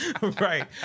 Right